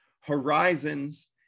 horizons